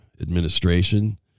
administration